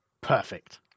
Perfect